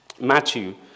Matthew